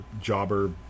jobber